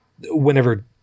whenever